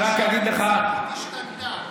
אמרתי שהמציאות השתנתה.